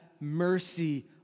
mercy